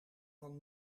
van